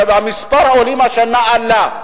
שמספר העולים השנה עלה.